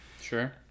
Sure